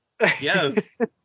Yes